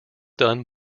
done